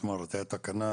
כלומר, הייתה תקנה